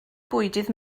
bwydydd